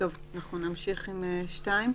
מצמצמים את המשימות שלה שהן לא ברמה המקומית.